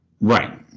Right